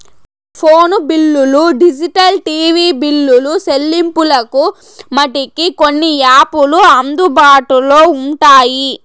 phone బిల్లులు digital TV బిల్లులు సెల్లింపులకు మటికి కొన్ని యాపులు అందుబాటులో ఉంటాయి